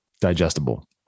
digestible